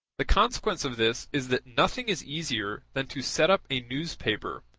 the consequence of this is that nothing is easier than to set up a newspaper,